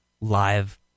live